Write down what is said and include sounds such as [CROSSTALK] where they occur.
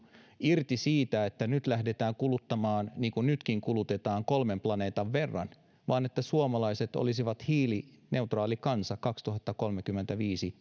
irti siitä että nyt lähdetään kuluttamaan niin kuin nytkin kulutetaan kolmen planeetan verran vaan että suomalaiset olisivat hiilineutraali kansa vuoteen kaksituhattakolmekymmentäviisi [UNINTELLIGIBLE]